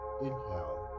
Inhale